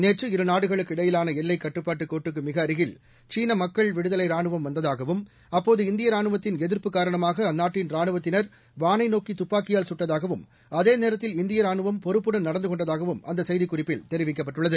நேற்று இருநாடுகளுக்கு இடையிலான எல்லைக்கட்டுப்பாட்டு கோட்டுக்கு மிக அருகில் சீன மக்கள் விடுதலை ரானுவம் வந்ததாகவும் அப்போது இந்திய ரானுவத்தின் எதிர்ப்பு காரணமாக அந்நாட்டின் ராணுவத்தினர் வானை நோக்கி தப்பாக்கியால் சுட்டதாகவும் அதேநேரத்தில் இந்திய ராணுவம் பொறுப்புடன் நடந்து கொண்டதாகவும் அந்த செய்திக்குறிப்பில் தெரிவிக்கப்பட்டுள்ளது